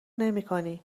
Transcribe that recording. نمیکنی